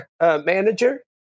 manager